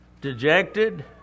dejected